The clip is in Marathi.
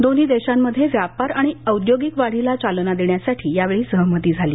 दोन्ही देशांमध्ये व्यापार आणि औद्योगिक वाढीला चालना देण्यासाठी यावेळी सहमती झाली